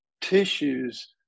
tissues